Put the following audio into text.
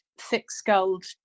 thick-skulled